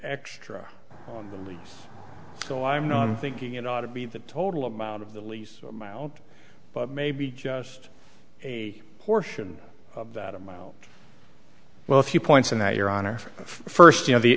extra on the lease so i'm not thinking it ought to be the total amount of the lease mild but maybe just a portion of that amount well a few points in that your honor first you know the